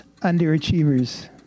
Underachievers